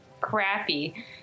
crappy